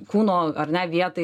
kūno ar ne vietai